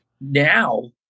now